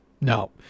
No